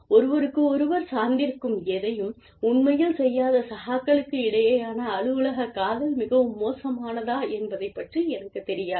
ஒருவருக்கொருவர் சார்ந்திருக்கும் எதையும் உண்மையில் செய்யாத சகாக்களுக்கு இடையேயான அலுவலக காதல் மிகவும் மோசமானதா என்பதைப் பற்றி எனக்குத் தெரியாது